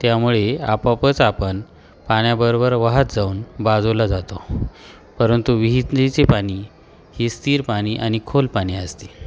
त्यामुळे आपोआपच आपण पाण्याबरोबर वाहात जाऊन बाजूला जातो परंतु विहिरीतली जी पाणी आहे ही स्थिर पाणी आणि खोल पाणी असते